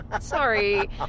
Sorry